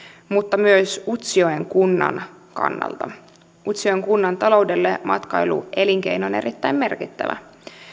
mutta myös utsjoen kunnan kannalta utsjoen kunnan taloudelle matkailuelinkeino on erittäin merkittävä